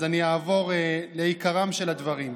אז אני אעבור לעיקרם של הדברים.